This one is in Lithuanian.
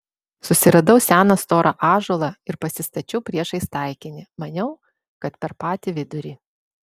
susiradau seną storą ąžuolą ir pasistačiau priešais taikinį maniau kad per patį vidurį